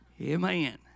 Amen